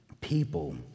people